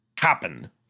happen